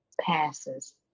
passes